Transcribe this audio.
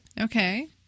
Okay